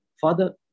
Father